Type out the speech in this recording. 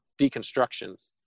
deconstructions